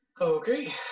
Okay